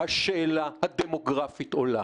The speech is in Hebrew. השאלה הדמוגרפית עולה.